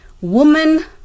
woman